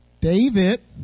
David